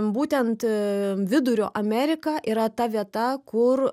būtent vidurio amerika yra ta vieta kur